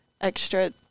extra